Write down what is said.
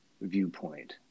viewpoint